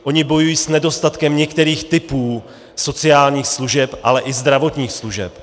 Oni bojují s nedostatkem některých typů sociálních služeb, ale i zdravotních služeb.